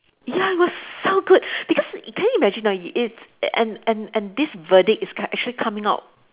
ya it was so good because can you imagine ah it it and and and this verdict is c~ actually coming out